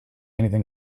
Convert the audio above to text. anything